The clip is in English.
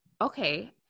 Okay